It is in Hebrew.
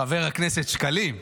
מחבר הכנסת שקלים?